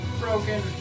Broken